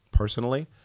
personally